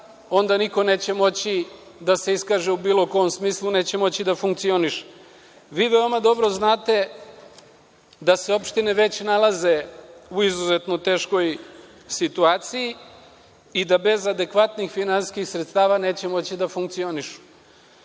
onda niko neće moći da se iskaže u bilo kom smislu, neće moći da funkcioniše. Vi veoma dobro znate da se opštine već nalaze u izuzetno teškoj situaciji i da bez adekvatnih finansijskih sredstava neće moći da funkcionišu.